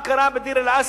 מה קרה בדיר-אל-אסד?